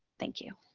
thank you.